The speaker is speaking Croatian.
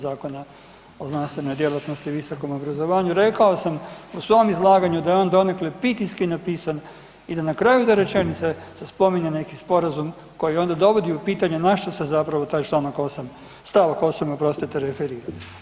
Zakona o znanstvenoj djelatnosti i visokom obrazovanju, rekao sam u svom izlaganju da je on donekle pitijski napisan i da na kraju te rečenice se spominje neki sporazum koji onda dovodi u pitanja na što se zapravo taj članak 8., stavak 8. oprostite referira.